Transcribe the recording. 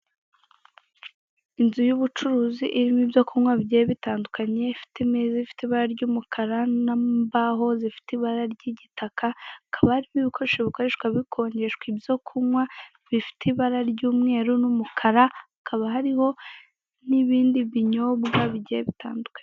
Inzu y'ubucuruzi irimo ibyo kunywa bigiye bitandukanye ifite imeza, ifite ibara ry'itaka, hakaba harimo ibikoresho bikoreshwa bikonjenjwa ibyo kunywa bifite ibara ry'umeru n'umukara hakaba harimo n'ibndi binyobwa bigiye bitandukanye.